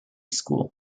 school